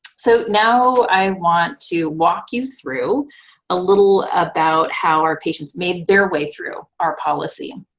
so now i want to walk you through a little about how our patients made their way through our policy.